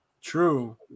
True